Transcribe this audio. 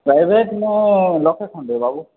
private ନେ ଲକ୍ଷେ ଖଣ୍ଡେ ବାବୁ